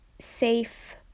safe